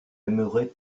aimerait